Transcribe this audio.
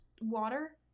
water